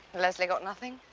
leslie got nothing?